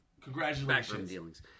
congratulations